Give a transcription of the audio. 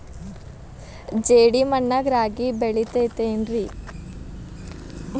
ಜೇಡಿ ಮಣ್ಣಾಗ ರಾಗಿ ಬೆಳಿತೈತೇನ್ರಿ?